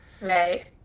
right